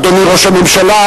אדוני ראש הממשלה,